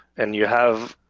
and you have,